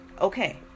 Okay